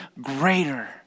greater